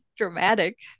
dramatic